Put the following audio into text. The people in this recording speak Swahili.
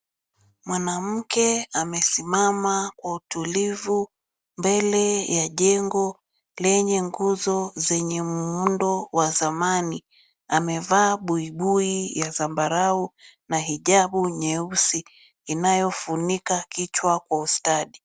Mwanamke amesimama kwa utulivu, mbele ya jengo lenye nguzo zenye muundo wa zamani. Amevaa buibui ya zambarau na hijabu nyeusi inayofunika kichwa kwa ustadi.